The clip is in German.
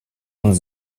und